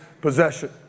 possession